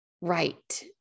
right